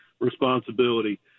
responsibility